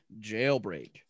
Jailbreak